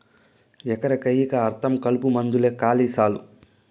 ఎకరా కయ్యికా అర్థం కలుపుమందేలే కాలి సాలు